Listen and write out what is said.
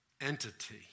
entity